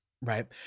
right